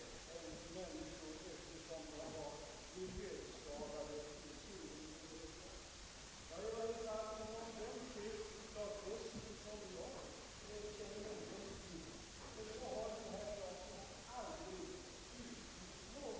De gamla liberalerna var t.ex. rädda för monopol och maktmissbruk. De nya liberalerna är ingalunda rädda för, tycks det, konsekvenserna av 1okala monopol inom pressen. De gamla liberalerna slog verkligen vakt om de enskilda människorna.